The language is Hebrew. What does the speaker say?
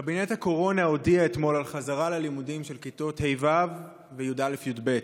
קבינט הקורונה הודיע אתמול על חזרה של כיתות ה'-ו' וי"א-י"ב ללימודים.